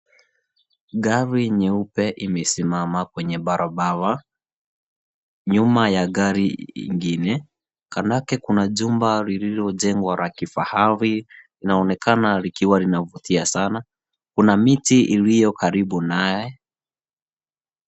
Gari nyeupe imesimama kwenye barabara, nyuma ya gari ingine. Kando yake, kuna jumba lililojengwa la kifahari. Linaonekana likiwa linavutia sana. Kuna miti iliyo karibu naye.